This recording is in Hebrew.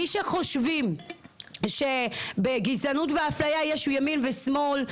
מי שחושבים שבגזענות והפליה יש ימין ושמאל,